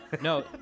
No